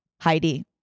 Heidi